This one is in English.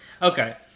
Okay